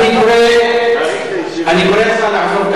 קורא לך לעזוב את